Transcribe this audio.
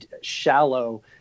shallow